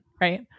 right